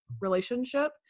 relationship